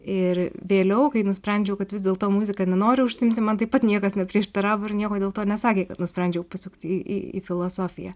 ir vėliau kai nusprendžiau kad vis dėlto muzika nenoriu užsiimti man taip pat niekas neprieštaravo ir nieko dėl to nesakė kad nusprendžiau pasukti į filosofiją